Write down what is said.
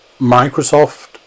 Microsoft